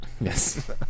Yes